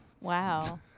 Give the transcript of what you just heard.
Wow